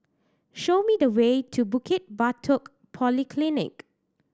show me the way to Bukit Batok Polyclinic